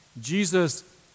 Jesus